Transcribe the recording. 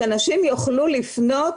שאנשים יוכלו לפנות,